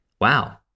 wow